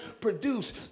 produce